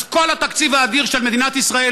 אז כל התקציב האדיר של מדינת ישראל